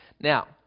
Now